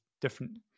different